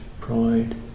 pride